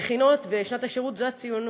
המכינות ושנות השירות, זאת הציונות.